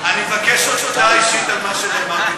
אני מבקש הודעה אישית על מה שנאמר כאן